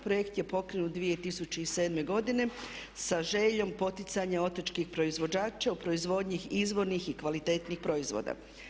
Projekt je pokrenut 2007. godine sa željom poticanja otočkih proizvođača u proizvodnji izvornih i kvalitetnih proizvoda.